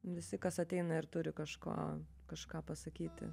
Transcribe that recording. visi kas ateina ir turi kažko kažką pasakyti